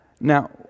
Now